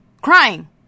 Crying